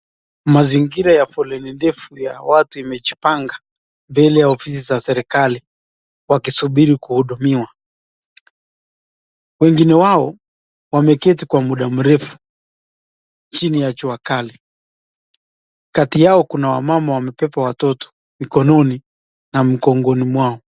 Mazingira ya foleni ndefu ya watu imejipanga mbele ya ofisi za serikali wakisubiri kuhudumiwa, wengine wao wameketi kwa muda mrefu chini ya jua kali, kati yao kuna wamama wamebeba watoto mikononi na migongoni mwao.